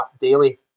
daily